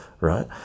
right